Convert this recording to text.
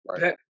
Right